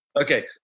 Okay